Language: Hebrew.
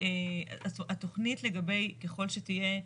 התכנית לגבי, ככל שתהיה,